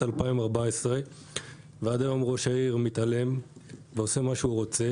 2014 ועד היום ראש העיר מתעלם ועושה מה שהוא רוצה